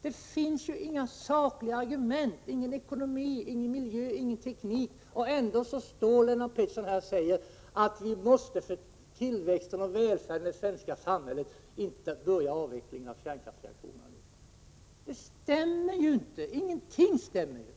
Det finns inga sakliga argument, inga ekonomiska argument, inga miljösynpunkter, ingen teknik — ändå står Lennart Pettersson här och säger att vi måste för välfärden och tillväxten i det svenska samhället se till att vi inte börjar avvecklingen av kärnkraften omedelbart. Det stämmer ju inte, ingenting stämmer!